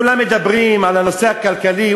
כולם מדברים על הנושא הכלכלי.